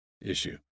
issue